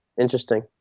Interesting